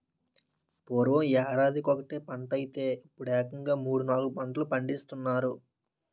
పూర్వం యేడాదికొకటే పంటైతే యిప్పుడేకంగా మూడూ, నాలుగూ పండిస్తున్నారు